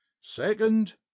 second